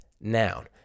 noun